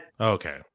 Okay